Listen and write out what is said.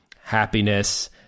happiness